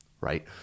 Right